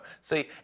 See